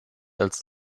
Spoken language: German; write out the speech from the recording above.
als